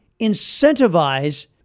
incentivize